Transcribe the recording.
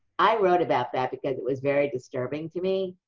i wrote about that because it was very disturbing to me,